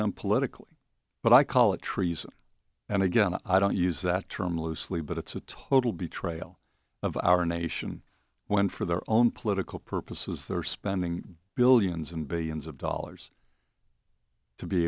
them politically but i call it treason and again i don't use that term loosely but it's a total betrayal of our nation when for their own political purposes they're spending billions and billions of dollars to be